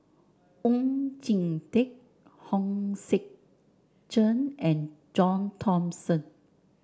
Oon Jin Teik Hong Sek Chern and John Thomson